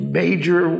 major